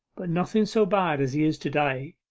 but nothing so bad as he is to-day